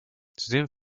zudem